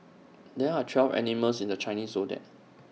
there are twelve animals in the Chinese Zodiac